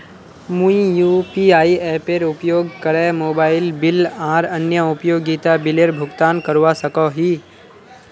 मुई यू.पी.आई एपेर उपयोग करे मोबाइल बिल आर अन्य उपयोगिता बिलेर भुगतान करवा सको ही